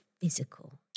physical